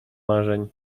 marzeń